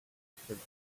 actually